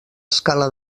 escala